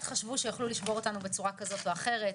חשבו שיכלו לשבור אותנו בצורה כזאת או אחרת.